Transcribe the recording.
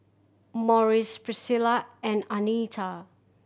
Morris Pricilla and Anita